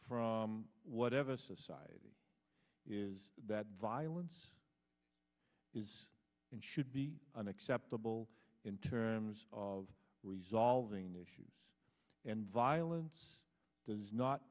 from whatever society is that violence is and should be unacceptable in terms of resolving issues and violence does not